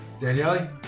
danielle